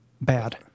Bad